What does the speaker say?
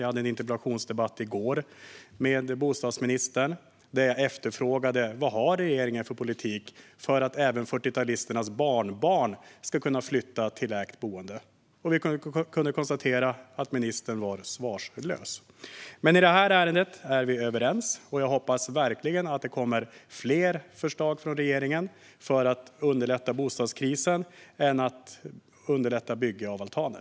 Jag hade en interpellationsdebatt med bostadsministern om detta i går, där jag efterfrågade vad regeringen har för politik för att även 40-talisternas barnbarn ska kunna flytta till ägt boende. Vi kunde konstatera att ministern var svarslös. I det här ärendet är vi dock överens, och jag hoppas verkligen att det kommer fler förslag från regeringen för att underlätta bostadskrisen än att bara underlätta byggandet av altaner.